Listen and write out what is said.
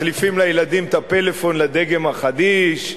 מחליפים לילדים את הפלאפון לדגם החדיש,